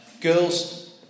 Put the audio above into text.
Girls